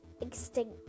extinct